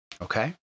Okay